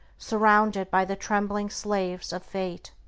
surrounded by the trembling slaves of fate.